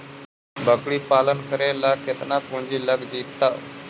बकरी पालन करे ल केतना पुंजी लग जितै?